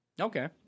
Okay